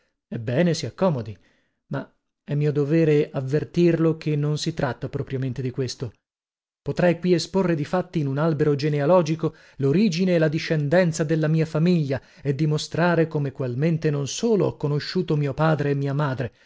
ebbene si accomodi ma è mio dovere avvertirlo che non si tratta propriamente di questo potrei qui esporre di fatti in un albero genealogico lorigine e la discendenza della mia famiglia e dimostrare come qualmente non solo ho conosciuto mio padre e mia madre